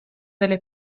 delle